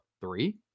Three